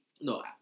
no